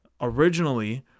originally